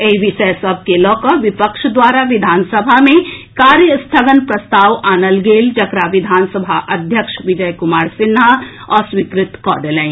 एहि विषय सभ के लऽकऽ विपक्ष द्वारा विधानसभा मे कार्य स्थगन प्रस्ताव आनल गेल जकरा विधानसभा अध्यक्ष विजय कुमार सिन्हा अस्वीकृत कऽ देलनि